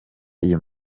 iyo